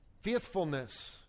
Faithfulness